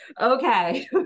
Okay